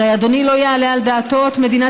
הרי אדוני לא יעלה על דעתו את מדינת